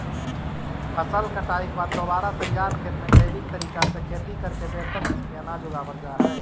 फसल कटाई के बाद दोबारा तैयार खेत में जैविक तरीका से खेती करके बेहतर किस्म के अनाज उगावल जा हइ